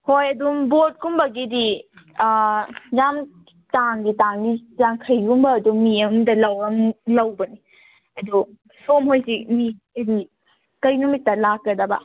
ꯍꯣꯏ ꯑꯗꯨꯝ ꯕꯣꯠꯀꯨꯝꯕꯒꯤꯗꯤ ꯌꯥꯝ ꯇꯥꯡꯗꯤ ꯇꯥꯡꯉꯤ ꯌꯥꯡꯈꯩꯒꯨꯝꯕ ꯑꯗꯨꯝ ꯃꯤ ꯑꯝꯗ ꯂꯧꯔꯝꯅꯤ ꯂꯧꯕꯅꯤ ꯑꯗꯣ ꯁꯣꯝ ꯍꯣꯏꯁꯤ ꯃꯤ ꯍꯥꯏꯗꯤ ꯀꯩ ꯅꯨꯃꯤꯠꯇ ꯂꯥꯛꯀꯗꯕ